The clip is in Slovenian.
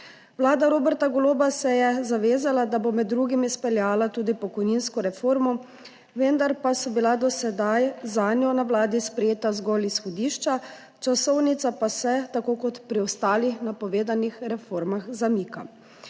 Vlada Roberta Goloba se je zavezala, da bo med drugim izpeljala tudi pokojninsko reformo, vendar pa so bila do sedaj zanjo na Vladi sprejeta zgolj izhodišča, časovnica pa se tako kot pri ostalih napovedanih reformah zamika.